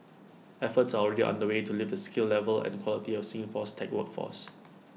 efforts are already underway to lift the skill level and quality of Singapore's tech workforce